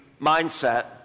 mindset